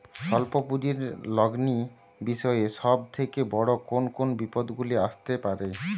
স্বল্প পুঁজির লগ্নি বিষয়ে সব থেকে বড় কোন কোন বিপদগুলি আসতে পারে?